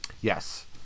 Yes